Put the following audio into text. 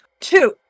Two